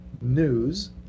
news